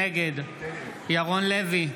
נגד ירון לוי,